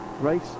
race